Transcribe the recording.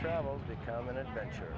travels become an adventure